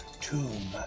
Tomb